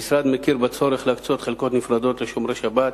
המשרד מכיר בצורך להקצות חלקות נפרדות לשומרי שבת